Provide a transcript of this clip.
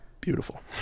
beautiful